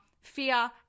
fear